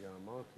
אדוני